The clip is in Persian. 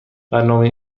برنامه